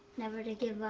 never to give